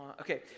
Okay